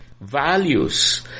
values